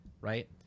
right